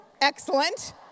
Excellent